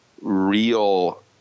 real